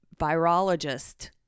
virologist